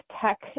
tech